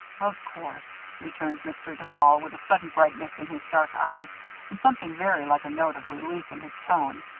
of course, returned mr. duval, with a sudden brightness in his dark eyes and something very like a note of relief in his tone.